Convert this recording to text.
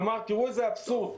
כלומר תראו איזה אבסורד.